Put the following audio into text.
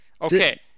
Okay